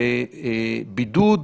לבידוד